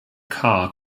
car